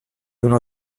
uno